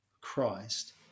Christ